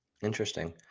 Interesting